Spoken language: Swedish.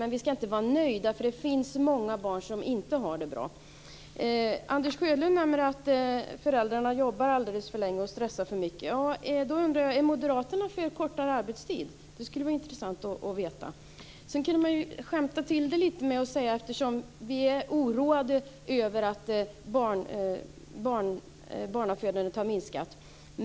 Men vi ska inte vara nöjda, för det finns många barn som inte har det bra. Anders Sjölund nämner att föräldrarna jobbar alldeles för länge och stressar för mycket. Då undrar jag: Är Moderaterna för kortare arbetstid? Det skulle vara intressant att veta det. Sedan kan vi skämta till det lite och säga att vi är oroade över att barnafödandet har minskat.